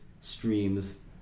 streams